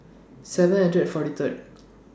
seven hundred forty Third